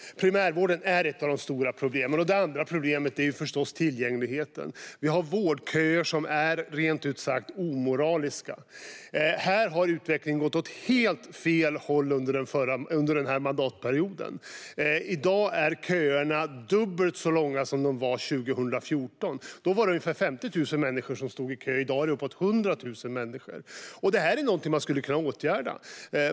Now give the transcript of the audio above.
Primärvården är ett av de stora problemen. För det andra handlar det om problemet med tillgängligheten. Vi har vårdköer som är rent ut sagt omoraliska. Här har utvecklingen gått åt helt fel håll under mandatperioden. I dag är köerna dubbelt så långa som de var 2014. Då var det ungefär 50 000 människor som stod i kö. I dag är det uppåt 100 000 människor. Detta är någonting man skulle kunna åtgärda.